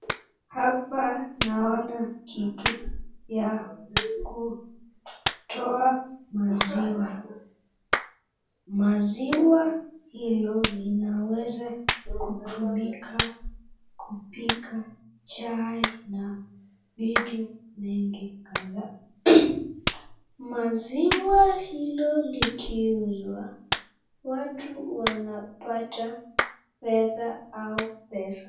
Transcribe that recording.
Hapa naona kitu ya kutoa maziwa maziwa hilo linaweza kutumika kupika chai na vitu nyingi kadhaa. Maziwa hilo likiuzwa watu wanapata fedha au pesa.